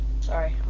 Sorry